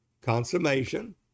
consummation